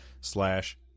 slash